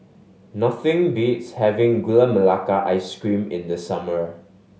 nothing beats having Gula Melaka Ice Cream in the summer